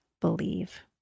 Believe